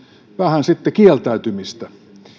vähän sitten kieltäytymistä että